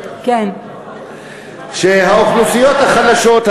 האוכלוסיות החלשות,